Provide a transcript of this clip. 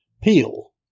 Peel